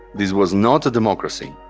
this was not a democracy,